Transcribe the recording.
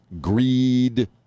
greed